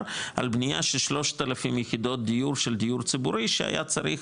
על בנייה של 3,000 יחידות דיור של דיור ציבורי שהיה צריך